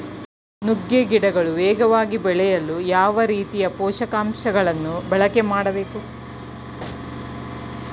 ನುಗ್ಗೆ ಗಿಡಗಳು ವೇಗವಾಗಿ ಬೆಳೆಯಲು ಯಾವ ರೀತಿಯ ಪೋಷಕಾಂಶಗಳನ್ನು ಬಳಕೆ ಮಾಡಬೇಕು?